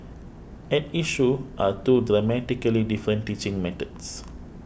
at issue are two dramatically different teaching methods